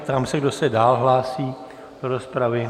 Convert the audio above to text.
Ptám se, kdo se dál hlásí do rozpravy?